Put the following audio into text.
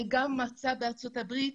אני גם מרצה בארצות הברית,